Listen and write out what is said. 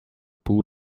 pół